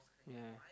yea